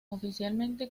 oficialmente